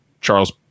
Charles